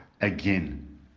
again